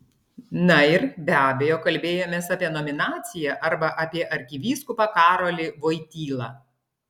na ir be abejo kalbėjomės apie nominaciją arba apie arkivyskupą karolį voitylą